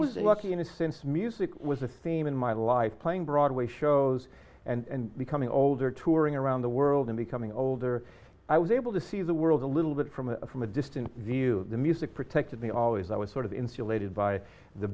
was lucky in a sense music was a theme in my life playing broadway shows and becoming older touring around the world and becoming older i was able to see the world a little bit from from a distant view the music protected me always i was sort of insulated by the